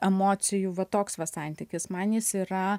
emocijų va toks va santykis man jis yra